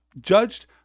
judged